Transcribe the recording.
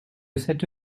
cette